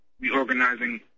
reorganizing